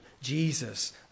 Jesus